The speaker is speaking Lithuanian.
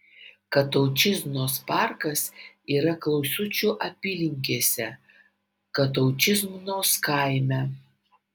kataučiznos parkas yra klausučių apylinkėse kataučiznos kaime